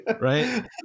Right